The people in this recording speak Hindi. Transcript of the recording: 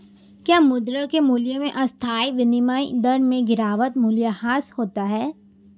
क्या मुद्रा के मूल्य में अस्थायी विनिमय दर में गिरावट मूल्यह्रास होता है?